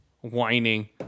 whining